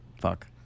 Fuck